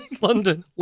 London